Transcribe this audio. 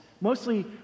mostly